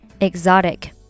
exotic